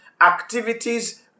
activities